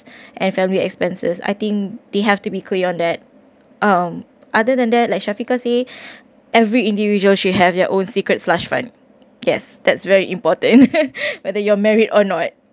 and family expenses I think they have to be clear on that um other than that like shafika say every individual should have their own secrets large fund yes that's very important whether you're married or not